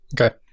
Okay